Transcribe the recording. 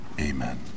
Amen